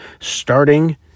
starting